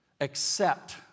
accept